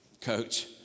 coach